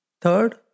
Third